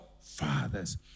fathers